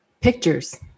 pictures